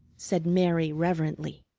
said mary reverently.